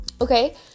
Okay